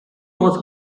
was